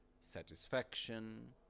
satisfaction